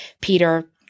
Peter